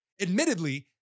Admittedly